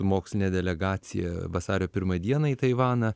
moksline delegacija vasario pirmą dieną į taivaną